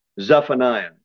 Zephaniah